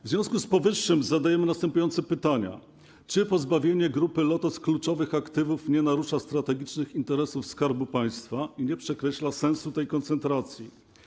W związku z powyższym zadajemy następujące pytania: Czy pozbawienie Grupy Lotos kluczowych aktywów nie narusza strategicznych interesów Skarbu Państwa i nie przekreśla sensu tej koncentracji?